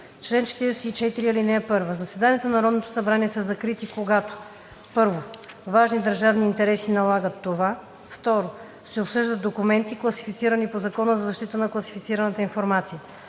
чл. 44: „Чл. 44. (1) Заседанията на Народното събрание са закрити, когато: 1. важни държавни интереси налагат това; 2. се обсъждат документи, класифицирани по Закона за защита на класифицираната информация.